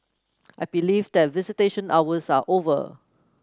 I believe that visitation hours are over